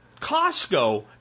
Costco